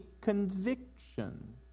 conviction